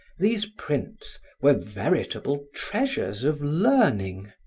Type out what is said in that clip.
these prints were veritable treasures of learning.